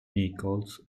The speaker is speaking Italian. nichols